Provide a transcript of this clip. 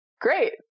great